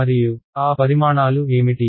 మరియు ఆ పరిమాణాలు ఏమిటి